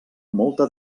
molta